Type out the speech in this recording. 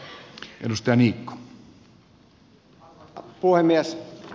arvoisa puhemies